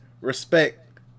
respect